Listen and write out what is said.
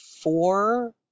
four